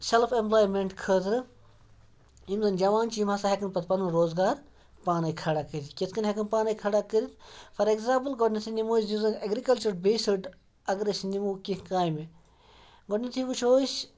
self employment خٲطرٕ یِم زَن جَوان چھِ یِم ہَسا ہٮ۪کَن پَتہٕ پَنُن روزگار پانَے کھڑا کٔرِتھ کِتھ کٔنۍ ہٮ۪کَن پانَے کھڑا کٔرِتھ فار ایٚگزامپٕل گۄڈنٮ۪تھٕے نِمو أسۍ یُس زَن اٮ۪گرِکَلچَر بیسٕڈ اگر أسۍ نِمو کینٛہہ کامہِ گۄڈنٮ۪تھٕے وٕچھو أسۍ